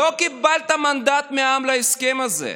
לא קיבלת מנדט מהעם להסכם הזה.